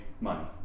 money